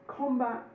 Combat